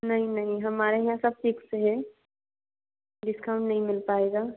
नहीं नहीं हमारे यहाँ सब फिक्स है डिस्काउंट नहीं मिल पाएगा